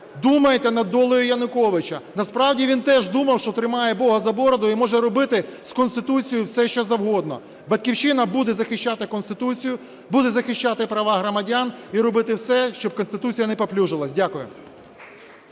думайте над долею Януковича. Насправді він теж думав, що тримає Бога за бороду і може робити з Конституцією все, що завгодно. "Батьківщина" буде захищати Конституцію, буде захищати права громадян і робити все, щоб Конституція не паплюжилася. Дякую.